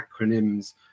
acronyms